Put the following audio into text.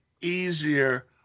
easier